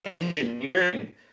engineering